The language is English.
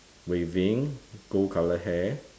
waving gold colour hair